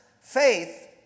Faith